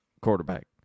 quarterback